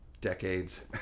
decades